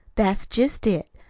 that's jest it.